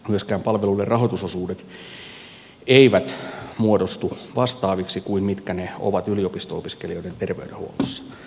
myöskään palveluiden rahoitusosuudet eivät muodostu vastaaviksi kuin mitkä ne ovat yliopisto opiskelijoiden ter veydenhuollossa